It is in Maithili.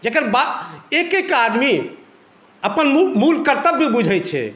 जेकर बात एक एक आदमी अपन मूल कर्तव्य बूझै छै